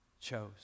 chose